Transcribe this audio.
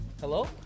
Hello